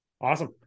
Awesome